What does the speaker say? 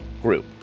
group